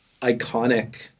iconic